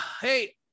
hey